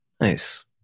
Nice